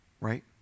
Right